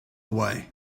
away